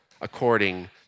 according